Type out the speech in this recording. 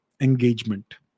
engagement